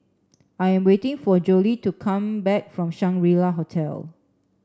I am waiting for Jolie to come back from Shangri La Hotel